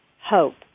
Hope